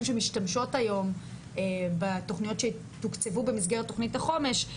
שמשתמשות היום בתכניות שתוקצבו במסגרת תכנית החומש,